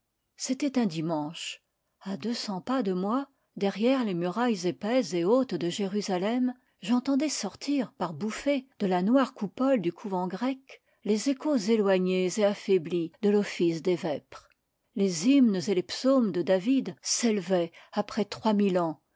c'était un dimanche à deux cents pas de moi derrière les murailles épaisses et hautes de jérusalem j'entendais sortir par bouffées de la noire coupole du couvent grec les échos éloignés et affaiblis de l'office des vêpres les hymnes et les psaumes de david s'élevaient après trois mille ans